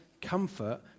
comfort